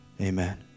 Amen